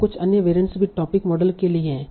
तो कुछ अन्य वेरिएंट भी टोपिक मॉडल के लिए हैं